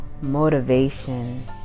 motivation